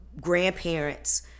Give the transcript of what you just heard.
grandparents